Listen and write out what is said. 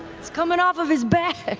it's coming off of its back. ah